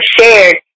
shared